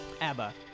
ABBA